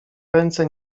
ręce